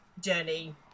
journey